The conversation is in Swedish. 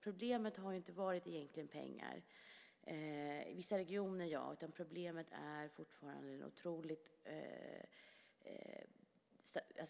Problemet har egentligen inte varit pengar - utom i vissa regioner, ja - utan problemet är fortfarande